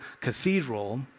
cathedral